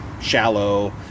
shallow